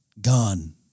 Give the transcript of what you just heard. Gone